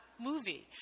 movie